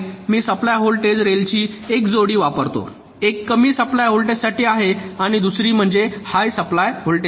मी supply voltage रेलची एक जोडी वापरतो एक कमी सप्लाय व्होल्टेजसाठी आहे दुसरी म्हणजे हाय सप्लाय व्होल्टेजसाठी